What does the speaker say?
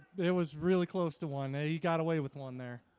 it was really close to one. he got away with one there.